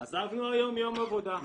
אבל עזבנו היום יום יום עבודה,